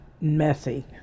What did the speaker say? messy